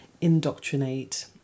indoctrinate